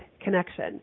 Connection